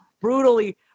brutally